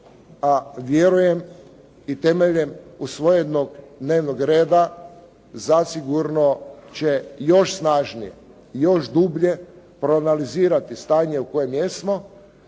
a vjerujem i temeljem usvojenog dnevnog reda zasigurno će još snažnije, još dublje proanalizirati stanje u kojem jesmo,